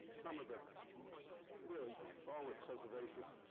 some of the really stalwart preservationists.